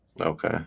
Okay